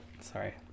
Sorry